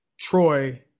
Troy